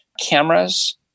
cameras